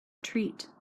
treat